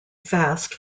fast